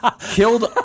killed